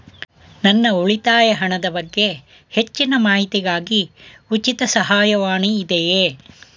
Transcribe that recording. ನನ್ನ ಉಳಿತಾಯ ಹಣದ ಬಗ್ಗೆ ಹೆಚ್ಚಿನ ಮಾಹಿತಿಗಾಗಿ ಉಚಿತ ಸಹಾಯವಾಣಿ ಇದೆಯೇ?